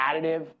additive